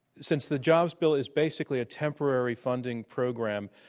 since the jobs bill is basically a temporary funding program,